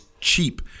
cheap